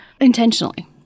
Intentionally